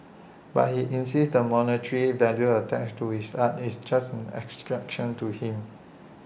but he insists the monetary value attached to his art is just an abstraction to him